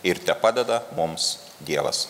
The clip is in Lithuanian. ir tepadeda mums dievas